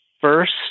first